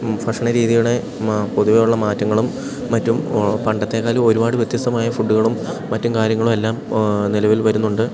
ഭക്ഷണ രീതിയുടെ മാ പൊതുവേ ഉള്ള മാറ്റങ്ങളും മറ്റും പണ്ടത്തെക്കാളും ഒരുപാട് വ്യത്യസ്തമായ ഫുഡ്ഡുകളും മറ്റും കാര്യങ്ങളും എല്ലാം നിലവിൽ വരുന്നുണ്ട്